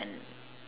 when